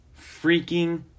freaking